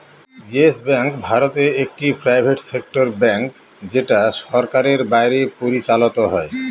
yes Bank ভারতে একটি private sector bank যেটা সরকারের বাইরে পরিচালত হয়